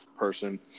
person